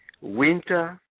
Winter